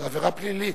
זו עבירה פלילית.